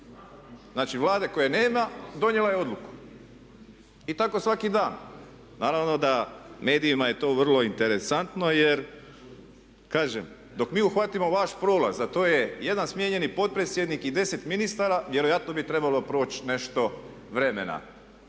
Znači, Vlade koje nema donijela je odluku i tako svaki dan. Naravno da medijima je to vrlo interesantno, jer kažem dok mi uhvatimo vaš prolaz, a to je jedan smijenjeni potpredsjednik i 10 ministara vjerojatno bi trebalo proći nešto vremena.